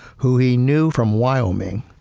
who he knew from wyoming,